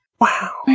wow